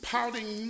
Pouting